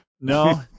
No